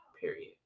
Period